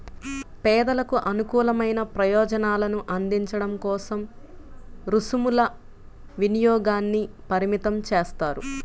పేదలకు అనుకూలమైన ప్రయోజనాలను అందించడం కోసం రుసుముల వినియోగాన్ని పరిమితం చేస్తారు